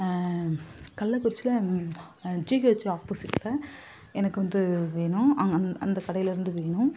கள்ளக்குறிச்சியில ஜிகெச் ஆப்போசிட்ல எனக்கு வந்து வேணும் அ அந்தக் கடையில் இருந்து வேணும்